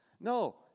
No